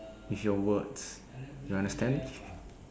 with your words you understand